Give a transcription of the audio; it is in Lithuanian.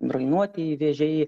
rainuotieji vėžiai